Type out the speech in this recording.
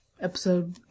Episode